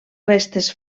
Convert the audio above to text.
restes